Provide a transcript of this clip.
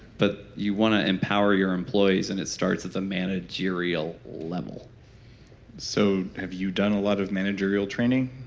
but you want to empower your employees and it starts at the managerial level so have you done a lot of managerial training?